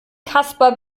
kasper